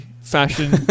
fashion